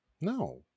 no